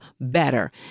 better